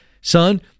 son